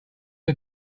are